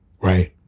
right